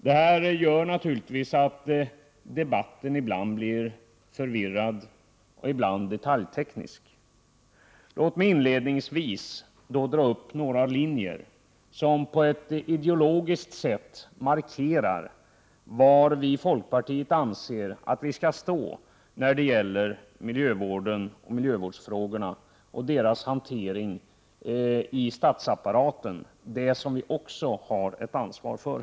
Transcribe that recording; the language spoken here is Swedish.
Det här gör naturligtvis att debatten ibland blir förvirrad och ibland detaljteknisk. Låt mig inledningsvis dra upp några linjer som på ett ideologiskt sätt markerar var vi i folkpartiet anser att vi skall stå när det gäller miljövårdsfrågorna och deras hantering i statsapparaten, den som vi ju också har ett ansvar för.